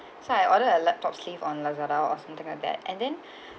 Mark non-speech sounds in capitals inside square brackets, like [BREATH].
[BREATH] so I ordered a laptop sleeve on Lazada or something like that and then [BREATH]